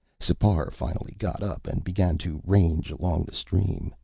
sipar finally got up and began to range along the stream.